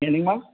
என்னங்கம்மா